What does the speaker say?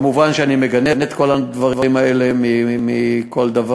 מובן שאני מגנה את כל הדברים האלה מכול וכול.